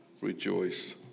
rejoice